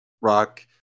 rock